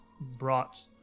brought